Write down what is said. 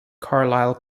carlisle